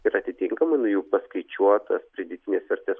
ir atitinkamai nuo jų paskaičiuotas pridėtinės vertės